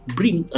bring